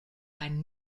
einen